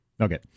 Okay